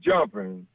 Jumping